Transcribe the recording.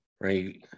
Right